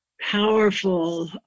powerful